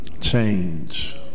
change